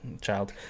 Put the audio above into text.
child